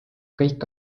kõik